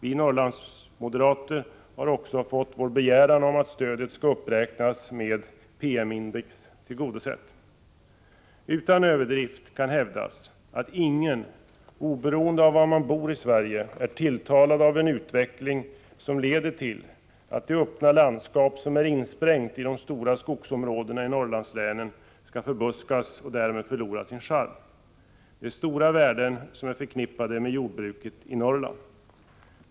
Vi Norrlandsmoderater har också fått vår begäran om att stödet skall uppräknas med PM-index tillgodosedd. Utan överdrift kan hävdas att ingen, oberoende av var man bor i Sverige, är tilltalad av en utveckling som leder till att det öppna landskap som är insprängt i de stora skogsområdena i Norrlandslänen förbuskas och därmed förlorar sin charm. Det är stora värden som är förknippade med jordbruket i Norrland.